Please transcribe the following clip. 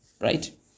right